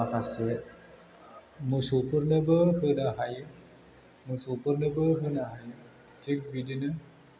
माखासे मोसौफोरनोबो होनो हायो मोसौफोरनोबो होनो हायो थिग बिदिनो